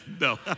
no